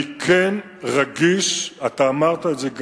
אני כן רגיש, אתה גם אמרת את זה,